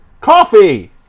Coffee